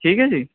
ٹھیک ہے جی